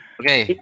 okay